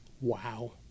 Wow